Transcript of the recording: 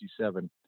1967